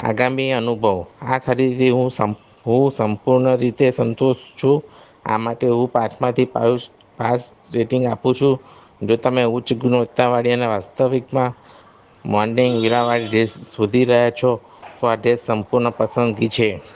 આગામી અનુભવ આ ખરીદી હું હું સંપૂર્ણ રીતે સંતોષ છું આ માટે હું પાંચમાંથી પાંચ રેટિંગ આપું છું જો તમે ઉચ્ચ ગુણવત્તાવાળી અને વાસ્તવિકમાં મોનડિંગ હીરાવાળી ડ્રેસ શોધી રહ્યા છો તો આ ડ્રેસ સંપૂર્ણ પસંદગી છે